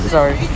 Sorry